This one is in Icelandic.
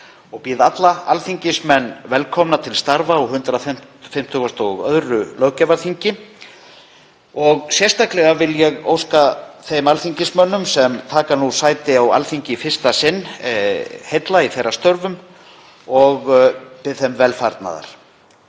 og býð alla alþingismenn velkomna til starfa á 152. löggjafarþingi. Sérstaklega vil ég óska þeim alþingismönnum sem taka nú sæti á Alþingi í fyrsta sinn heilla í þeirra störfum og bið þeim velfarnaðar.